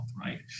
right